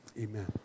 Amen